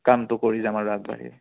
কামটো কৰি যাম আগবঢ়ি